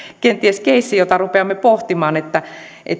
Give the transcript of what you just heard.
keissi jota rupeamme pohtimaan